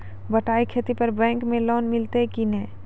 बटाई खेती पर बैंक मे लोन मिलतै कि नैय?